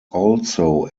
also